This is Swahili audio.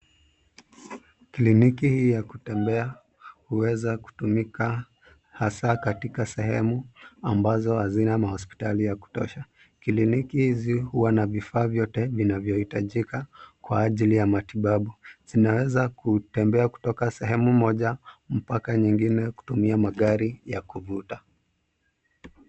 Kliniki hii ya kutembea huweza kutumika hasa katika sehemu ambazo hazina mahospitali ya kutosha. Kliniki hizi huwa na vifaa vyote vinavyohitajika kwa ajili ya matibabu. Zinaweza kutembea kutoka sehemu moja mpaka nyingine kutumia magari ya kuvuta.